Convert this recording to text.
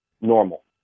normal